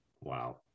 Wow